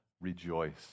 rejoice